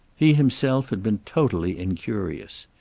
he himself had been totally incurious.